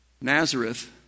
Nazareth